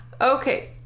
Okay